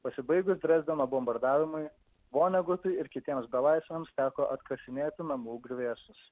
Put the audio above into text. pasibaigus drezdeno bombardavimui vonegutui ir kitiems belaisviams teko atkasinėti namų griuvėsius